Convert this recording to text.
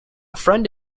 friend